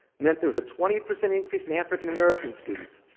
meant there was a twenty percent increase in african american students,